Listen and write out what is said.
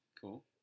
cool